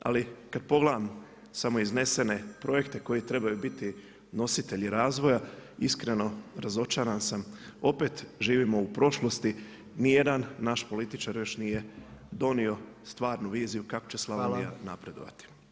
Ali kada pogledam samo iznesene projekte koji trebaju biti nositelji razvoja, iskreno, razočaran sam, opet živimo u prošlosti, ni jedan naš političar još nije donio stvarnu viziju kako će Slavonija napredovati.